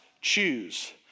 choose